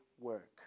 work